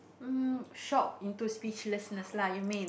um short into speechlessness lah you mean